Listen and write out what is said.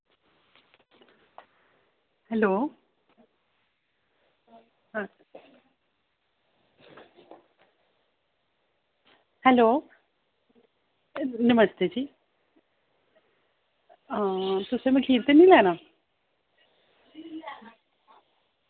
hello hello नमस्ते जी आं तुसें मखीर ते निं लैना आं